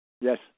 Yes